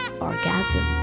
orgasm